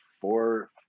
four